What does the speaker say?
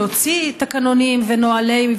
להוציא תקנונים ונהלים,